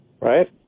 right